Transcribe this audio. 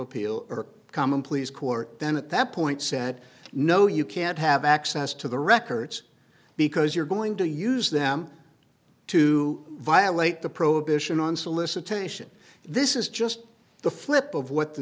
appeal or common pleas court then at that point said no you can't have access to the records because you're going to use them to violate the prohibition on solicitation this is just the flip of what the